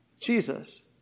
Jesus